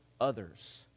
others